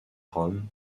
rome